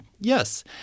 yes